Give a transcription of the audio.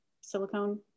silicone